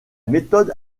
méthode